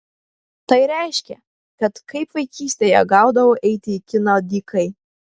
tai reiškė kad kaip vaikystėje gaudavau eiti į kiną dykai